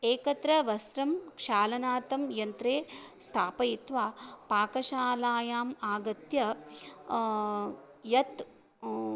एकत्र वस्त्रं क्षालनार्थं यन्त्रे स्थापयित्वा पाकशालायाम् आगत्य यत्